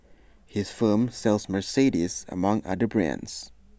his firm sells Mercedes among other brands